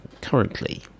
currently